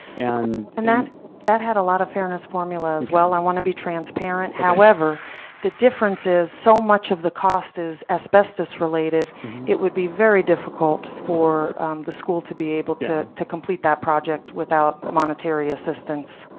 and and that that had a lot of fairness formulas as well. i want to be transparent. however the difference is, so much of the cost is asbestos related it would be very difficult for the school to be able to to complete that project without monetary assistance.